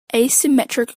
asymmetric